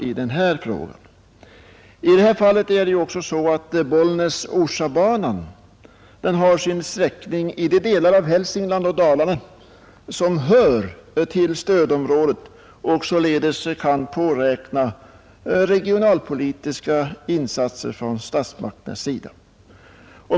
Järnvägen Bollnäs—Orsa har sin sträckning i de delar av Hälsingland och Dalarna som hör till stödområdet och som således kan påräkna regionalpolitiska insatser från statsmakternas sida.